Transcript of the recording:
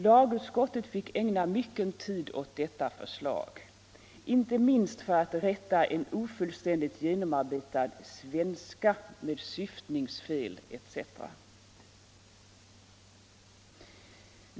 Lagutskottet fick ägna mycken tid åt detta förslag, inte minst för att rätta en ofullständigt genomarbetad svenska med syftningsfel etc.